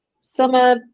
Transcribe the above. summer